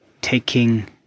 taking